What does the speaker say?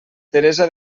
teresa